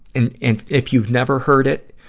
and, if if you've never heard it,